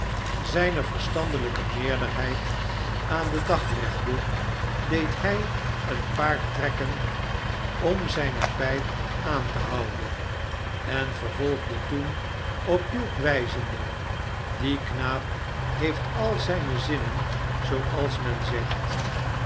zijner verstandelijke meerderheid aan den dag legde deed hi een paar trekken om zijne pijp aan te houden en vervolgde toen op hugh wijzende die knaap heeft al zijne zmnen zooals men zegt